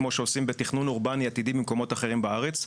כמו שעושים בתכנון אורבני עתידי במקומות אחרים בארץ.